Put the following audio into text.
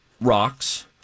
rocks